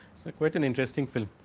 so quite an interesting film.